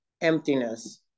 emptiness